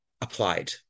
applied